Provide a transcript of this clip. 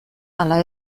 ala